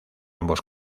ambos